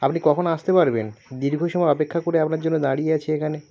আপনি কখন আসতে পারবেন দীর্ঘ সময় অপেক্ষা করে আপনার জন্য দাঁড়িয়ে আছি এখানে